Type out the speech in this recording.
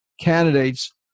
candidates